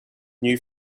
new